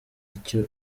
icyo